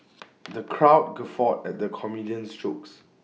the crowd guffawed at the comedian's jokes